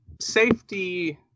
Safety